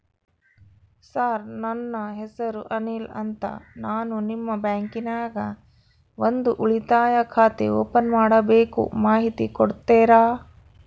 Sir ನನ್ನ ಹೆಸರು ಅನಿಲ್ ಅಂತ ನಾನು ನಿಮ್ಮ ಬ್ಯಾಂಕಿನ್ಯಾಗ ಒಂದು ಉಳಿತಾಯ ಖಾತೆ ಓಪನ್ ಮಾಡಬೇಕು ಮಾಹಿತಿ ಕೊಡ್ತೇರಾ?